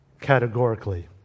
categorically